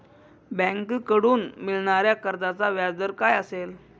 बँकेकडून मिळणाऱ्या कर्जाचा व्याजदर काय असेल?